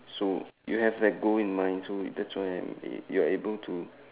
so you have that goal in mind so that's why I'm you're able to